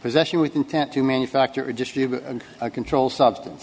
possession with intent to manufacture a controlled substance